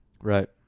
Right